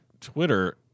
Twitter